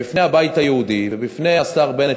בפני הבית היהודי ובפני השר בנט,